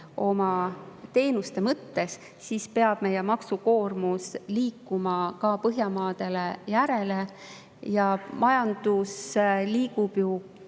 oma teenuste mõttes, siis peab meie maksukoormus liikuma ka Põhjamaadele järele. Majandus liigub ju